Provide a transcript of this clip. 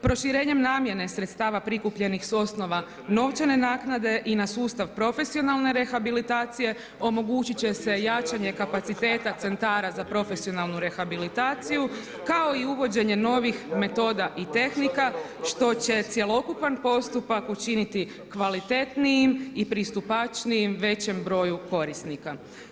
Proširenjem namjene sredstava prikupljenih s osnova novčane naknade i na sustav profesionalne rehabilitacije omogućiti će se jačanje kapaciteta centara za profesionalnu rehabilitaciju kao i uvođenje novih metoda i tehnika što će cjelokupan postupak učiniti kvalitetnijim i pristupačnijim većem broju korisnika.